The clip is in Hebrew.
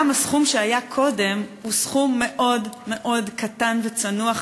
גם הסכום שהיה קודם הוא סכום מאוד קטן וצנוע,